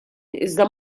iżda